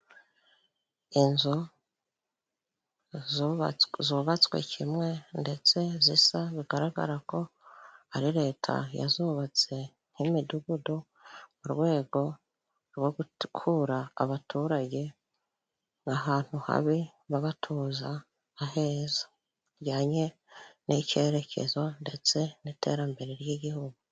Inzu zubatswe zubatswe kimwe ndetse zisa, bigaragara ko ari Leta yazubatse nk'imidugudu mu rwego rwo gukura abaturage ahantu habi, babatuza aheza bijyanye n'icyerekezo ndetse n'iterambere ry'Igihugu.